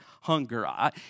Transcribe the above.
hunger